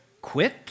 quit